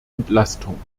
entlastung